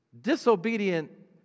disobedient